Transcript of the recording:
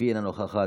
אינו נוכח,